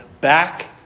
back